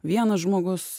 vienas žmogus